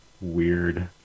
weird